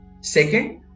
Second